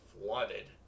flooded